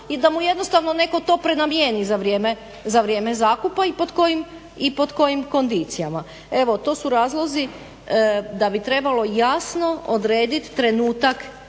i da mu jednostavno netko to prenamijeni za vrijeme zakupa i pod kojim kondicijama. Evo to su razlozi da bi trebalo jasno odrediti trenutak